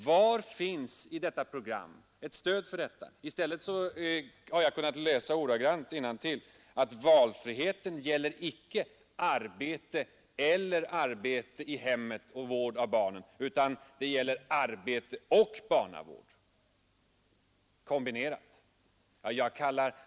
Var finns i detta program ett stöd härför? I stället läser jag: Valfriheten gäller icke yrkesarbete eller arbete i hemmet och vård av barnen, utan det gäller yrkesarbete och barnavård kombinerat.